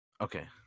Okay